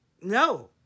no